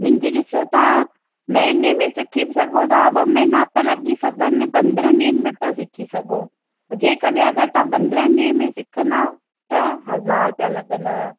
मुंहिंजी ॾिसो तव्हां महीने में सिखी बि सघो था ॿ महीना बि लॻी सघनि पंद्रहनि ॾींहनि में तव्हां सिखी सघो जेकॾहिं अगरि तव्हां पंद्रहनि ॾींहनि में सिखंदा त हज़ार रुपिया लॻंदव